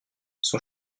son